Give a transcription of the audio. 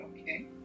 okay